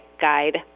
guide